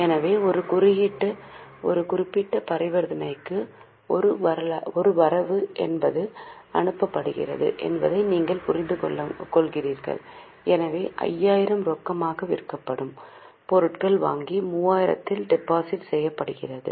எனவே ஒரு குறிப்பிட்ட பரிவர்த்தனைக்கு ஒரு வரவு எவ்வாறு அனுப்பப்படுகிறது என்பதை நீங்கள் புரிந்துகொள்கிறீர்கள் எனவே 5000 ரொக்கமாக விற்கப்படும் பொருட்கள் வங்கி 3000 இல் டெபாசிட் செய்யப்படுகிறது